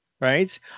right